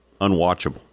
unwatchable